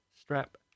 strap